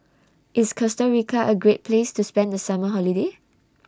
IS Costa Rica A Great Place to spend The Summer Holiday